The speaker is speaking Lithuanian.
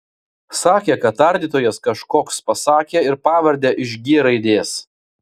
sakė kad tardytojas kažkoks pasakė ir pavardę iš g raidės